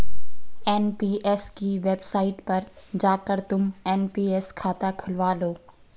NPS की website पर जाकर तुम एन.पी.एस खाता खुलवा लो